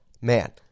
man